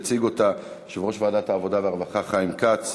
יציג אותה יושב-ראש ועדת העבודה והרווחה חיים כץ.